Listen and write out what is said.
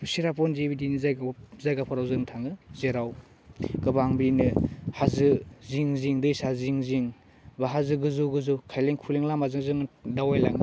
चिराफुन्जि बिदिनो जायगायाव जायगाफोराव जों थाङो जेराव गोबां बिदिनो हाजो जिं जिं दैसा जिं जिं बा हाजो गोजौ गोजौ खाइलें खुइलें लामाजों जोङो दावबायलाङो